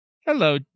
Hello